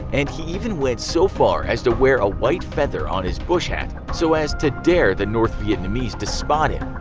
and he even went so far as to wear a white feather on his bush hat so as to dare the north vietnamese to spot him,